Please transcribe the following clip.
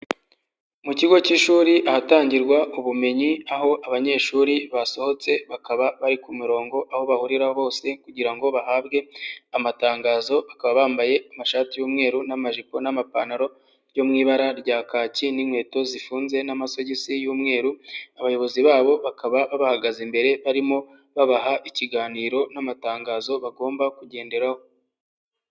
Mu kigo cy'ishuri ahatangirwa ubumenyi aho abanyeshuri basohotse bakaba bari ku murongo aho bahurira hose kugira ngo bahabwe amatangazo. Bakaba bambaye amashati y'umweru n'amajipo, n'amapantaro byo mu ibara rya kaki n'inkweto zifunze n'amasogisi y'umweru. Abayobozi babo bakaba babahagaze imbere barimo babaha ikiganiro n'amatangazo bagomba kugenderaho.